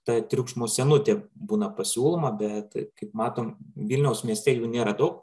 ta triukšmo sienutė būna pasiūloma bet kaip matom vilniaus mieste jų nėra daug